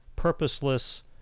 purposeless